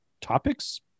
topics